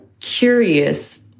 curious